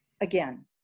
again